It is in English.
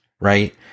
Right